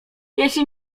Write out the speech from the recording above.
jeśli